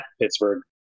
Pittsburgh